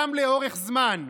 לאורך זמן.